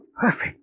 perfect